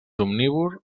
omnívor